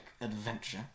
adventure